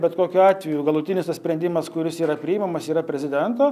bet kokiu atveju galutinis tas sprendimas kuris yra priimamas yra prezidento